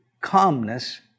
calmness